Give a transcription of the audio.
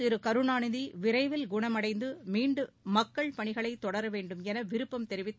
திருகருணாநிதிவிரைவில் குணமடைந்தமீண்டும் மக்கள் பணிகளைத் தொடரவேண்டும் எனவிருப்பம் தெரிவித்து